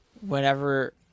whenever